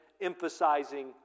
emphasizing